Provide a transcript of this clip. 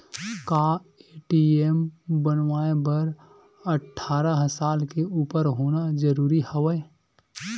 का ए.टी.एम बनवाय बर अट्ठारह साल के उपर होना जरूरी हवय?